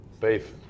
Beef